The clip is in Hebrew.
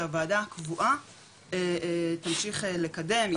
שהוועדה הקבועה תמשיך לקדם.